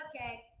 okay